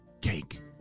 cake